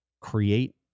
create